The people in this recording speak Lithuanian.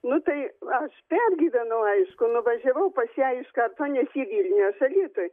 nu tai aš pergyvenau aišku nuvažiavau pas ją iš karto nes ji vilniuj aš alytuj